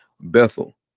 Bethel